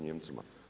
Nijemcima?